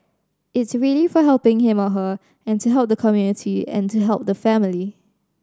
it's really for helping him or her and to help the community and to help the family